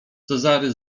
cezary